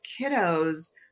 kiddos